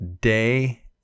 day